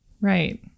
Right